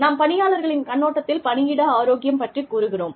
நாம் பணியாளர்களின் கண்ணோட்டத்தில் பணியிட ஆரோக்கியம் பற்றிக் கூறுகிறோம்